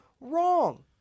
wrong